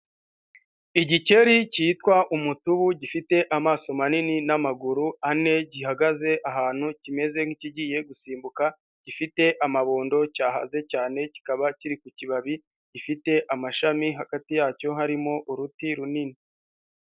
Igikeri cyitwa umutubu, gifite amaso manini n'amaguru ane, gihagaze ahantu, kimeze nk'ikigiye gusimbuka, gifite amabondo, cyahaze cyane, kikaba kiri ku kibabi gifite amashami, hagati yacyo harimo uruti runini.